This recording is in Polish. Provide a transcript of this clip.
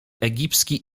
egipski